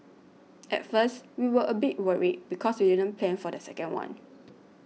at first we were a bit worried because we didn't plan for the second one